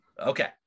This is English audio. Okay